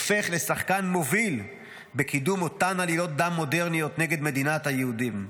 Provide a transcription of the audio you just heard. הופך לשחקן מוביל בקידום אותן עלילות דם מודרניות נגד מדינת היהודים.